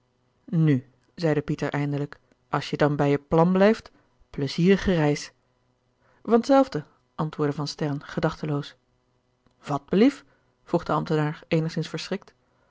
nu zeide pieter eindelijk als je dan bij je plan blijft pleizierige reis van t zelfde antwoordde van sterren gedachteloos wat belief vroeg de ambtenaar eenigzins verschrikt